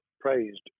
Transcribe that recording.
praised